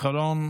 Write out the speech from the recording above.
אחרונה,